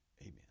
Amen